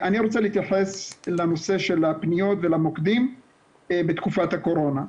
אני רוצה להתייחס לנושא הפניות ולמוקדים בתקופת הקורונה.